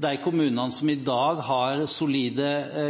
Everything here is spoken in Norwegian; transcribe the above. de kommunene som i dag har solide,